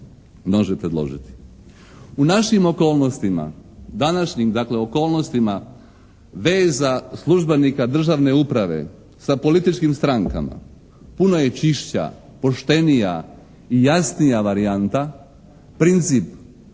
dakle okolnostima veza službenika državne uprave sa političkim strankama puno je čišća, poštenija i jasnija varijanta, princip